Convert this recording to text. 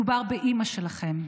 מדובר באימא שלכם,